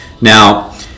Now